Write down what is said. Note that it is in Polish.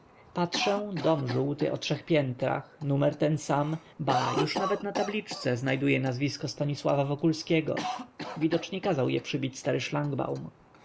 patrzę dom żółty o trzech piętrach numer ten sam ba nawet już na tabliczce znajduję nazwisko stanisława wokulskiego widocznie kazał ją przybić stary